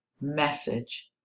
message